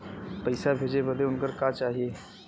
पैसा भेजे बदे उनकर का का चाही?